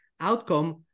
outcome